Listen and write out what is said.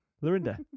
Lorinda